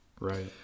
right